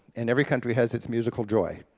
and every country has its musical joy.